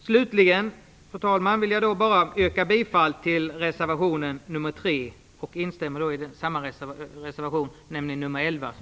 Slutligen vill jag, fru talman, yrka bifall till reservation 3. Jag instämmer också i reservation 11, som